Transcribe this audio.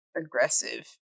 aggressive